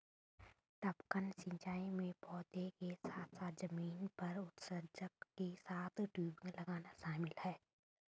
टपकन सिंचाई में पौधों के साथ साथ जमीन पर उत्सर्जक के साथ टयूबिंग लगाना शामिल है